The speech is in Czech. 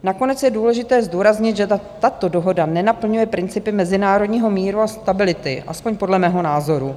Nakonec je důležité zdůraznit, že tato dohoda nenaplňuje principy mezinárodního míru a stability, alespoň podle mého názoru.